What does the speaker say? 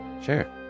Sure